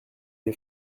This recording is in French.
les